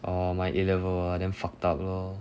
orh my A level damn fucked up lor